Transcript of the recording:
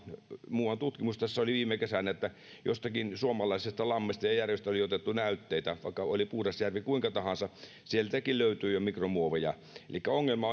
muuan tutkimus oli viime kesänä että jostakin suomalaisesta lammesta ja järvestä oli otettu näytteitä ja vaikka oli kuinka puhdas järvi tahansa sieltäkin löytyi jo mikromuoveja elikkä ongelma